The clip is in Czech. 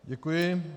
Děkuji.